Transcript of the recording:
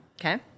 Okay